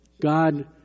God